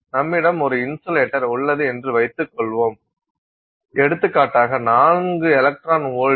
நம்மிடம் ஒரு இன்சுலேட்டர் உள்ளது என்று வைத்துக்கொள்வோம் எடுத்துக்காட்டாக 4 எலக்ட்ரான் வோல்ட்